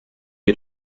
wir